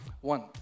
One